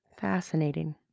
Fascinating